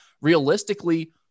realistically